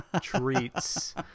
Treats